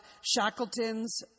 Shackleton's